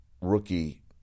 rookie